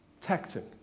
tactic